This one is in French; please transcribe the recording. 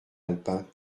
alpins